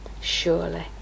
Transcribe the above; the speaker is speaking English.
surely